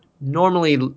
normally